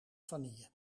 vanille